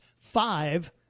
five